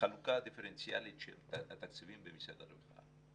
חלוקה דיפרנציאלית של התקציבים במשרד הרווחה.